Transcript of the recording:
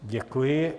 Děkuji.